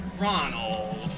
Ronald